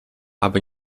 aby